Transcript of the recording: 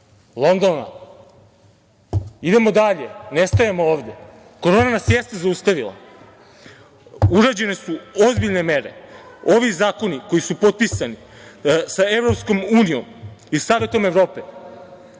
Londona…Idemo dalje, ne stajemo ovde! Korona nas jeste zaustavila. Urađene su ozbiljne mere. Ovi zakoni koji su potpisani sa Evropskom unijom i Savetom Evrope